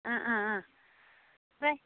बै